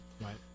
Right